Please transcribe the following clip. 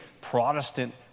Protestant